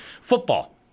football